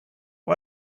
why